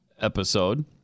episode